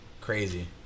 crazy